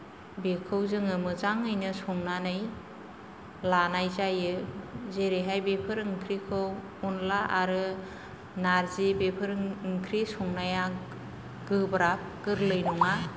बेखौ जोङो मोजाङैनो संनानै लानाय जायो जेरैहाय बेफोर ओंख्रिखौ अनद्ला आरो नारजि बेफोर ओंख्रि संनाया गोब्राब गोरलै नङा